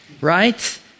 right